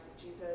Jesus